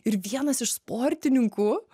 ir vienas iš sportininkų